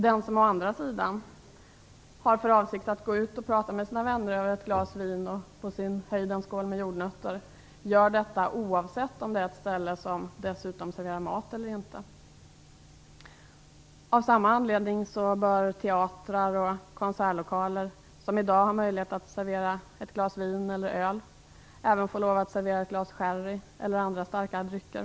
Den som å andra sidan har för avsikt att gå ut och prata med sina vänner över ett glas vin och på sin höjd en skål med jordnötter gör detta oavsett om det är ett ställe som dessutom serverar mat eller inte. Av samma anledning bör teatrar och konsertlokaler som i dag har möjlighet att servera ett glas vin och öl även få lov att servera ett glas sherry eller andra starkare drycker.